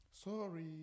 Sorry